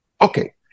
Okay